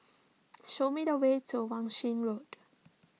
show me the way to Wan Shih Road